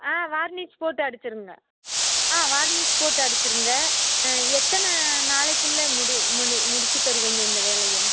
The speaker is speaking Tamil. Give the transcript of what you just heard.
ஆ வார்னிஷ் போட்டு அடிச்சுருங்க ஆ வார்னிஷ் போட்டு அடிச்சுருங்க ஆ எத்தனை நாளைக்குள்ளே முடியும் முடியும் முடித்து தருவீங்க இந்த வேலையை